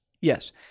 Yes